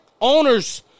owners